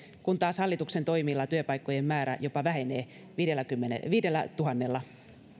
kun taas hallituksen toimilla työpaikkojen määrä jopa vähenee viidellätuhannella